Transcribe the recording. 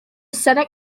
senate